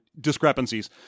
discrepancies